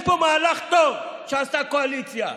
יש פה מהלך טוב שעשתה הקואליציה,